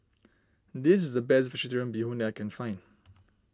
this is the best Vegetarian Bee Hoon I can find